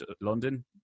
London